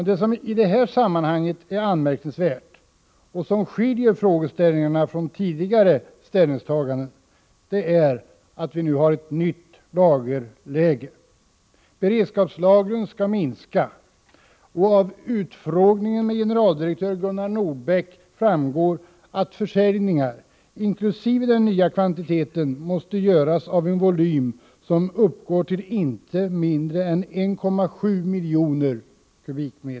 Det som i det här sammanhanget är anmärkningsvärt och som skiljer frågeställningarna här från tidigare ställningstaganden är det nya lagerläget. Beredskapslagren skall minska, och av utfrågningen med generaldirektör Gunnar Nordbeck framgår att försäljningar måste göras av en volym som inkl. den nya kvantiteten uppgår till inte mindre än 1,7 miljoner m?.